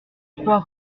trois